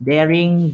Daring